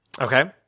Okay